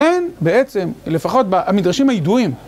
אין בעצם, לפחות במדרשים הידועים.